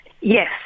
Yes